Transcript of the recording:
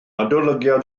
adolygiad